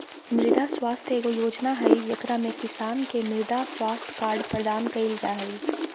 मृदा स्वास्थ्य एगो योजना हइ, जेकरा में किसान के मृदा स्वास्थ्य कार्ड प्रदान कइल जा हइ